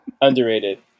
underrated